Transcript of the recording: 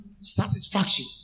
Satisfaction